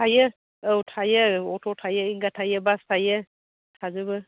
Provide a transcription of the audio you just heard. थायो औ थायो अट' थायो विंगार थायो बास थायो थाजोबो